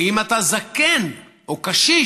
ואם אתה זקן, או קשיש,